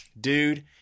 dude